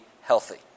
healthy